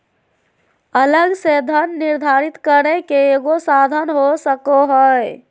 अलग से धन निर्धारित करे के एगो साधन हो सको हइ